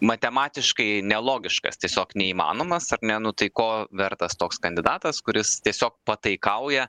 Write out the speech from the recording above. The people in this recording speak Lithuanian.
matematiškai nelogiškas tiesiog neįmanomas ar ne nu tai ko vertas toks kandidatas kuris tiesiog pataikauja